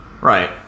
right